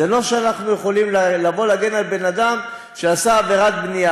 זה לא שאנחנו יכולים לבוא להגן על בן-אדם שעשה עבירת בנייה,